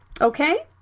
okay